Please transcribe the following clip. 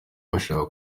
bashaka